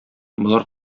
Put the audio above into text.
болар